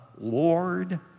Lord